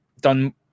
done